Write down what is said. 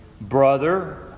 brother